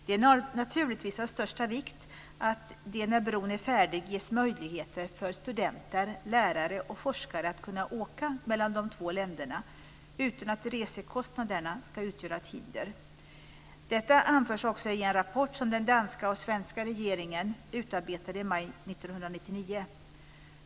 Det är naturligtvis av största vikt att det när bron är färdig ges möjligheter för studenter, lärare och forskare att kunna åka mellan de två länderna utan att resekostnaderna ska utgöra ett hinder. Detta anförs också i en rapport som den danska och svenska regeringen utarbetade i maj 1999.